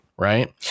right